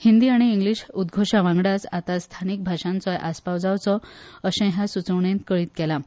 हिंदी आनी इंग्लीश उदघोशा वांगडाच आता थळाव्या भाशांचोय आसपाव जावचो अशें हे सुचोवणेंत कथीत केलां